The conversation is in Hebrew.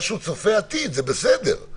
משהו צופה עתיד זה בסדר,